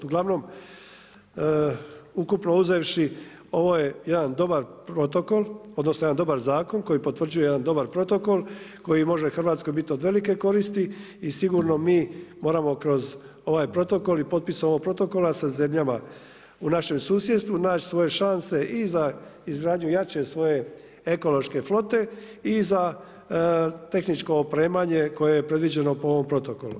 Ugl. ukupno uzevši ovo je jedan dobar protokol, odnosno jedan dobar zakon, koji potvrđuje jedan dobar protokol, koji može Hrvatskoj biti od velike koristi i sigurno mi moramo kroz ovaj protokol i potpis ovog protokola sa zemljama u našem susjedstvu naći svoje šanse i za izgradnje svoje ekološke flote i za tehničko opremanje koje je predviđeno po ovom protokolu.